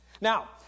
Now